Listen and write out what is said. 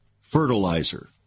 Fertilizer